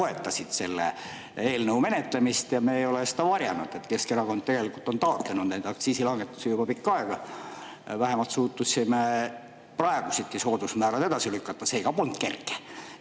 toetasid selle eelnõu menetlemist. Me ei ole seda varjanud, et Keskerakond tegelikult on taotlenud aktsiisilangetusi juba pikka aega. Vähemalt suutsime praegusedki soodusmäärad edasi lükata. See ka polnud kerge.